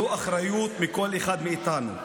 זו אחריות של כל אחד מאיתנו.